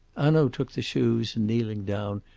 hanaud took the shoes and, kneeling down,